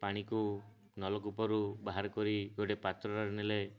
ପାଣିକୁ ନଳକୂପରୁ ବାହାର କରି ଗୋଟେ ପାତ୍ରରେ ନେଲେ